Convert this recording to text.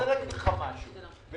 אני רוצה להגיד לך משהו על הדרכונים,